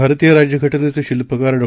भारतीय राज्यघटनेचे शिल्पकार डॉ